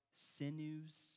Sinews